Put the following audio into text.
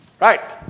Right